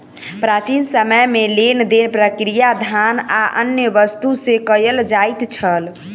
प्राचीन समय में लेन देन प्रक्रिया धान आ अन्य वस्तु से कयल जाइत छल